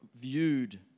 viewed